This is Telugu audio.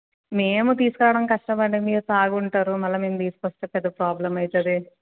మేము తీసుకురావడం కష్టమండి మీరు తాగి ఉంటారు మళ్ళీ మేము తీసుకొస్తే పెద్ద ప్రాబ్లం అవుతుంది